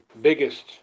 biggest